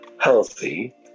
healthy